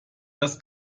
das